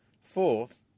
Fourth